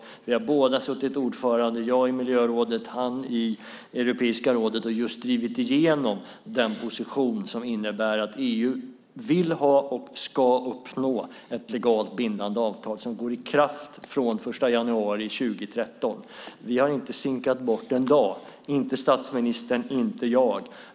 Båda har vi suttit ordförande - jag i miljörådet och han i Europeiska rådet - och just drivit igenom den position som innebär att EU vill ha och ska uppnå ett legalt bindande avtal som träder i kraft den 1 januari 2013. Vi har inte sinkat någon enda dag, vare sig statsministern eller jag.